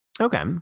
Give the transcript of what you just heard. Okay